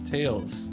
Tails